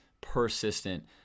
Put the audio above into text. persistent